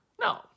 No